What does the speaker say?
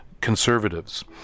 conservatives